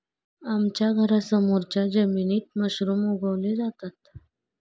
आमच्या घरासमोरच्या जमिनीत मशरूम उगवले जातात